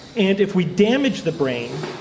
and if we damage the brain,